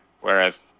Whereas